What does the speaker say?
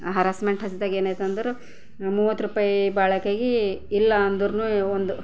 harassment ಹಚ್ದಾಗ ಏನಾಯ್ತದಂದ್ರೆ ಮೂವತ್ತು ರೂಪಾಯಿ ಬಾಳೆಕಾಯ್ಗೆ ಇಲ್ಲಾಂದ್ರೂ ಒಂದು